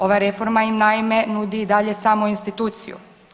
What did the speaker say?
Ova reforma im, naime, nudi i dalje samo instituciju.